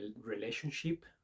relationship